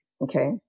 Okay